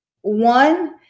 One